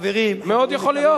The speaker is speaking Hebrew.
מאוד יכול להיות.